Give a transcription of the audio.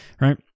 right